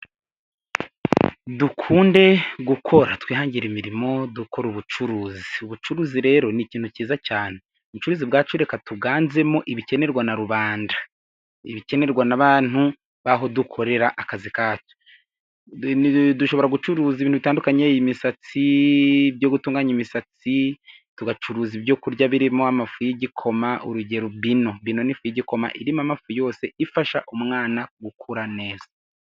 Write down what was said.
Dukunde gukora twihangire imirimo dukora ubucuruzi ubucuruzi rero ni ikintu cyiza cyane ubucuruzi bwacu reka tuganzemo ibikenerwa na rubanda ibikenerwa n'abantu baho dukorera akazi kacu. Dushobora gucuruza ibintu bitandukanye imisatsi, ibyo gutunganya imisatsi , tugacuruza ibyo kurya birimo amafu y'igikoma urugero bino. Bino ni ifu y'igikoma irimo amafu yose ifasha umwana gukura neza.